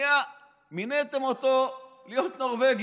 מיניתם אותו להיות נורבגי.